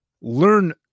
Learn